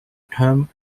term